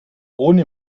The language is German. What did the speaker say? ohne